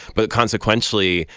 but consequentially,